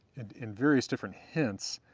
and in various different hints,